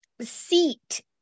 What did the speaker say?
seat